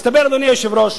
מסתבר, אדוני היושב-ראש,